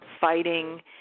fighting